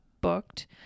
booked